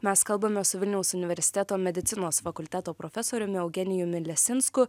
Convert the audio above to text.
mes kalbame su vilniaus universiteto medicinos fakulteto profesoriumi eugenijumi lesinsku